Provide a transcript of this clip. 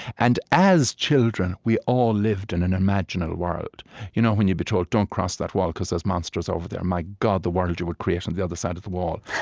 and as children, we all lived in an imaginal world you know, when you'd be told, don't cross that wall, because there's monsters over there, my god, the world you would create on and the other side of the wall.